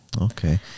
okay